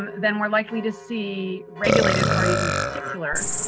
then we're likely to see regulated parties, in particular,